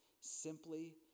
simply